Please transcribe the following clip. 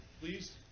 Please